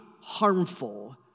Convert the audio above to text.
harmful